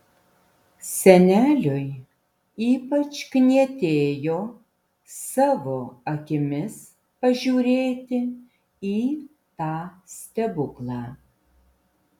seneliui ypač knietėjo savo akimis pažiūrėti į tą stebuklą